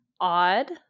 Odd